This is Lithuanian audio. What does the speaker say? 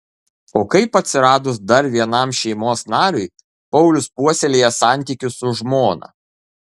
o kaip atsiradus dar vienam šeimos nariui paulius puoselėja santykius su žmona